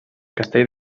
castell